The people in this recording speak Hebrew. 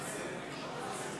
אינו נוכח ישראל אייכלר,